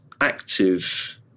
active